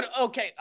okay